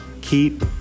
Keep